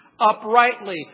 uprightly